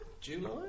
July